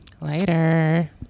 later